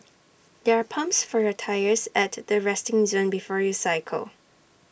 there are pumps for your tyres at the resting zone before you cycle